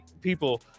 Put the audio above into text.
people